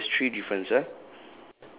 oh so there's three difference ah